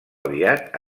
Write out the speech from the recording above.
aviat